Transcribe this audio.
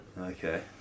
Okay